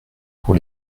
pour